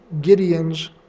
Gideon's